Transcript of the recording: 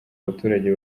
abaturage